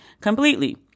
completely